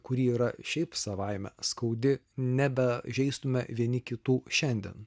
kuri yra šiaip savaime skaudi nebežeistume vieni kitų šiandien